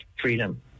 freedom